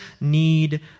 need